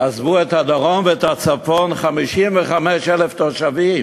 עזבו את הדרום ואת הצפון 55,000 תושבים.